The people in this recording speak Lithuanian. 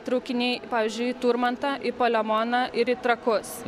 traukiniai pavyzdžiui į turmantą į palemoną ir į trakus